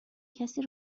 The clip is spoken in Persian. کسی